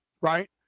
right